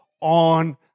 on